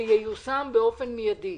שייושם באופן מיידי.